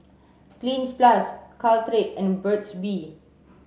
Cleanz plus Caltrate and Burt's bee